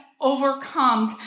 overcome